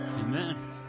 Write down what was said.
Amen